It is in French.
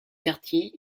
quartier